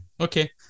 Okay